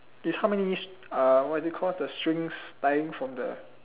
is how many uh what is it call the strings tying from the